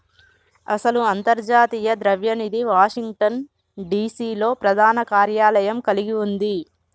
అసలు అంతర్జాతీయ ద్రవ్య నిధి వాషింగ్టన్ డిసి లో ప్రధాన కార్యాలయం కలిగి ఉంది